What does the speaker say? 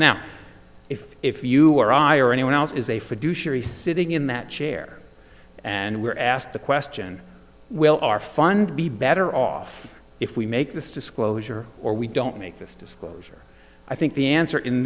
now if if you or i or anyone else is a fiduciary sitting in that chair and we're asked the question will our fund be better off if we make this disclosure or we don't make this disclosure i think the answer in